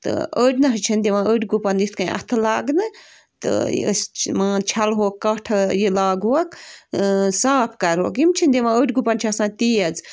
تہٕ أڑۍ نہٕ حظ چھِنہٕ دِوان أڑۍ گُپَن یِتھ کَنۍ اَتھٕ لاگنہٕ تہٕ یہِ أسۍ مان چھَلہو کَٹھ یہِ لاگوکھ صاف کَروکھ یِم چھِنہٕ دِوان أڑۍ گُپَن چھِ آسان تیز